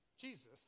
Jesus